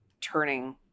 turning